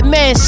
Man